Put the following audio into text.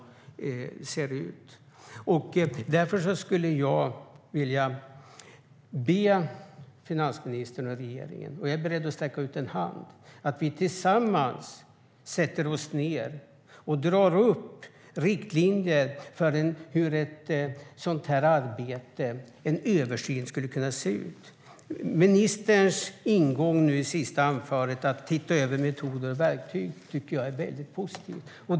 Därför skulle jag vilja be finansministern och regeringen - jag är beredd att sträcka ut en hand - att sätta sig ned tillsammans med oss och dra upp riktlinjer för hur en sådan översyn skulle kunna se ut. Ministerns ingång i det senaste anförandet om att se över metoder och verktyg tycker jag är positiv.